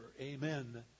Amen